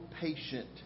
patient